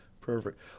Perfect